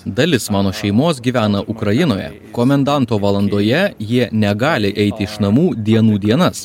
dalis mano šeimos gyvena ukrainoje komendanto valandoje jie negali eiti iš namų dienų dienas